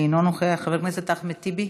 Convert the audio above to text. אינו נוכח, חבר הכנסת טיבי,